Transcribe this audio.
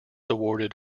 awarded